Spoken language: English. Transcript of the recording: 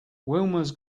wilma’s